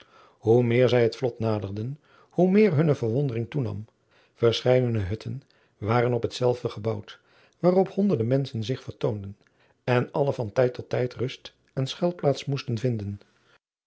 oe meer zij het vlot naderden hoe meer hunne verwondering toenam erscheiden hutten waren op hetzelve gebouwd waarop honderde menschen zich vertoonden en alle van tijd tot tijd rust en schuilplaats moesten vinden